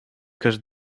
kas